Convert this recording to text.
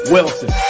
Wilson